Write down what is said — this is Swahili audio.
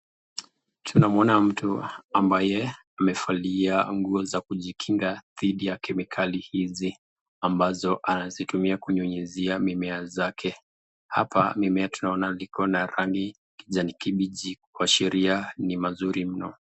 Tunamwona mtu ambaye amevalia nguo za kujikinga dhidi ya kemikali hizi ambazo anazitumia kunyunyuzia mimea zake. Hapa mimea tunaona iko na rangi ya kijani kibichi kuashiriaa ni mazuri mno.